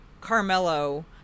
Carmelo